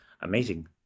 amazing